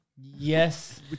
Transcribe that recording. Yes